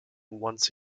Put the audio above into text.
once